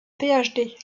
phd